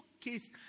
case